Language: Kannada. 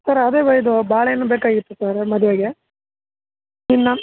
ಸರ್ ಅದೇ ಇದು ಬಾಳೆ ಹಣ್ಣು ಬೇಕಾಗಿತ್ತು ಸರ ಮದುವೆಗೆ ಇನ್ನು